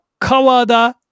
Kawada